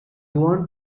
want